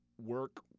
work